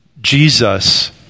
Jesus